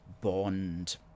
bond